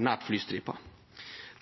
nært flystripa.